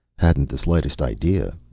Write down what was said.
hadn't the slightest idea.